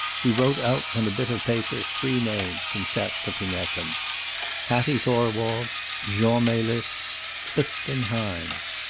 he wrote out on a bit of paper three names, and sat looking at them hattie thorwald jean melis clifton hines.